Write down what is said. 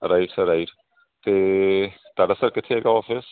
right sir right ਅਤੇ ਤੁਹਾਡਾ sir ਕਿੱਥੇ ਹੈਗਾ ਅੋਫਿਸ